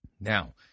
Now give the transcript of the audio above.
Now